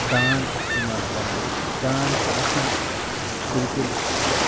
دان استعمال کران دان چھُ آسان بالکُل اکھ